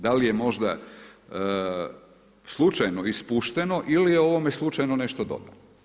Da li je možda slučajno ispušteno ili je u ovome slučajno nešto dodano?